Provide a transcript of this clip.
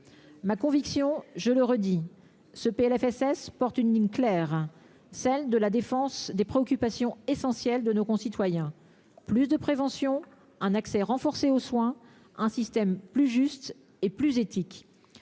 ma conviction est que ce PLFSS porte une ligne claire, celle de la défense des préoccupations essentielles de nos concitoyens : plus de prévention, un accès renforcé aux soins, un système plus juste et plus éthique.